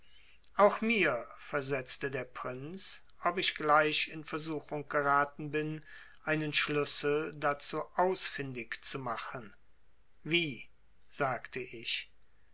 auch mir versetzte der prinz ob ich gleich in versuchung geraten bin einen schlüssel dazu ausfindig zu machen wie sagte ich